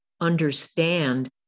understand